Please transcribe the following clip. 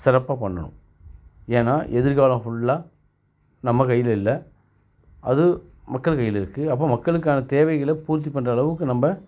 சிறப்பாக பண்ணணும் ஏன்னா எதிர்காலம் ஃபுல்லா நம்ம கையில் இல்லை அது மக்கள் கையில் இருக்குது அப்போ மக்களுக்கான தேவைகளை பூர்த்தி பண்ணுற அளவுக்கு நம்ம